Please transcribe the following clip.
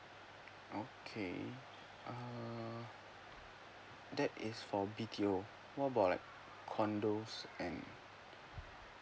okay uh that is for B_T_O what about condos and